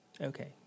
okay